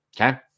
okay